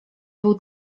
był